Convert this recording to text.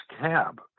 cab